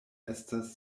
estas